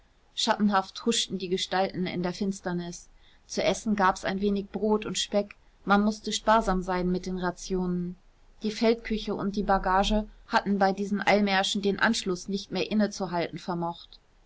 schattenhaft huschten die gestalten in der finsternis zu essen gab's ein wenig brot und speck man mußte sparsam sein mit den rationen die feldküchen und die bagage hatten bei diesen eilmärschen den anschluß nicht mehr innezuhalten vermocht